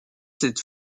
cette